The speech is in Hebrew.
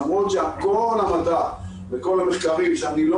למרות שכל המדע וכל המחקרים שאני לא